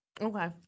Okay